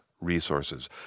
Resources